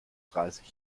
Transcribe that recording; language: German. dreißig